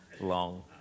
long